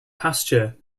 pasture